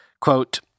Quote